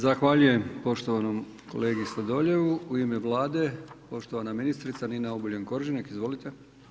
Zahvaljujem poštovanom kolegi Sladoljevu, u ime Vlade, poštovana ministrica Nina Obuljen Koržinek, izvolite.